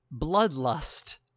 Bloodlust